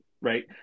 Right